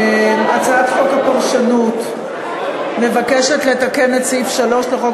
הצעת חוק הפרשנות מבקשת לתקן את סעיף 3 לחוק